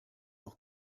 auch